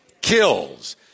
Kills